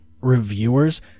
reviewers